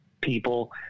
people